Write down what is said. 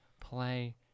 play